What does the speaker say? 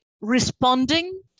responding